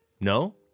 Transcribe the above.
No